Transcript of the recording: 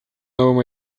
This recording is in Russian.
новым